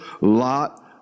lot